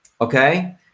okay